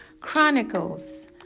Chronicles